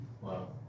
Wow